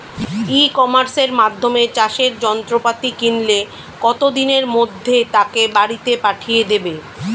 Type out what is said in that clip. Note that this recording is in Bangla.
ই কমার্সের মাধ্যমে চাষের যন্ত্রপাতি কিনলে কত দিনের মধ্যে তাকে বাড়ীতে পাঠিয়ে দেবে?